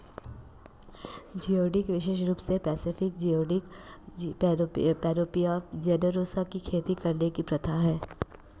geoduck विशेष रूप से पैसिफिक जियोडक, पैनोपिया जेनेरोसा की खेती करने की प्रथा है